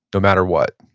no matter what.